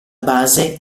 base